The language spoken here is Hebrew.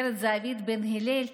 הגב' זהבית בן הלל,